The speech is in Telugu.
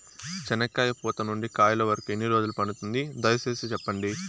చెనక్కాయ పూత నుండి కాయల వరకు ఎన్ని రోజులు పడుతుంది? దయ సేసి చెప్పండి?